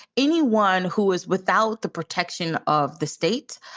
anyone who is without the protection of the state.